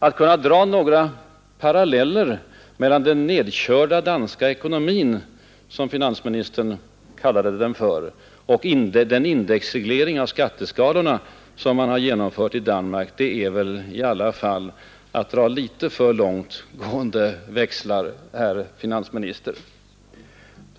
Att dra några paralleller mellan den nedkörda danska ekonomin, som finansministern kallade den för, och den indexreglering av skatteskalorna som man har genomfört i Danmark är väl i alla fall att dra litet för långt gående slutsatser, herr finansminister.